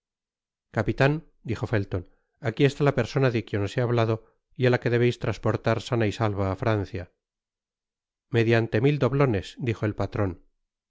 capitan dijo felton aqui está la persona de quien os he hablado y á la que debeis transportar sana y salva á francia mediante mil doblones dijo el patron